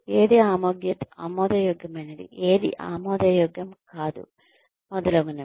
ఏది ఆమోదయోగ్యమైనది ఏది ఆమోదయోగ్యం కాదు మొదలగునవి